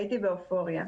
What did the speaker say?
הייתי באופוריה.